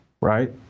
right